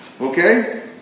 Okay